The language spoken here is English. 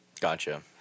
Gotcha